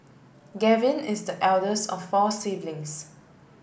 Gavin is the eldest of four siblings